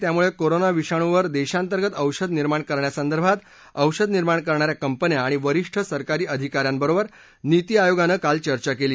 त्यामुळे कोरोना विषाणूंवर देशांतर्गत औषध निर्माण करण्यासंदर्भात औषध निर्माण करणाऱ्या कंपन्यां आणि वरिष्ठ सरकारी अधिका यांबरोबर नीती आयोगानं काल चर्चा केली